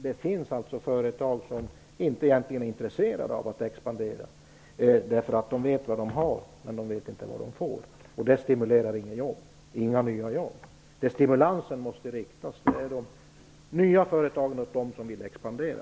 Det finns alltså företag som egentligen inte är intresserade av att expandera, därför att de vet vad de har men inte vad de får. Det stimulerar inte till några nya jobb. Stimulansen måste riktas mot de nya företagen och mot de företag som vill expandera.